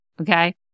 okay